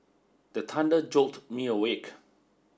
the thunder jolt me awake